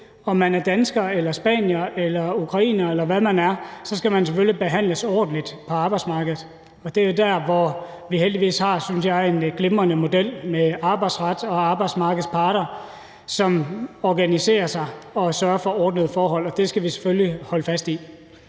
om man er dansker, spanier, ukrainer, eller hvad man er, så skal man selvfølgelig behandles ordentligt på arbejdsmarkedet, og det er der, hvor vi heldigvis har, synes jeg, en glimrende model med arbejdsret og arbejdsmarkedets parter, som organiserer sig og sørger for ordnede forhold, og det skal vi selvfølgelig holde fast i.